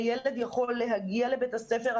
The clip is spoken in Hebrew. הילד יכול להגיע לבית הספר,